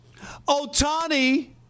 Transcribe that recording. Otani